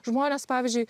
žmonės pavyzdžiui